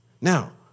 Now